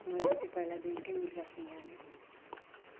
मैले चाहिँ पहिल्यैदेखिकै मिल्का सिंह जानेको हो